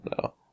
No